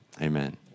amen